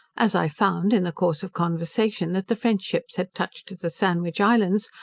as i found, in the course of conversation, that the french ships had touched at the sandwich islands,